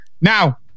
Now